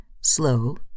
Slow